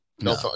No